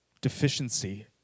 deficiency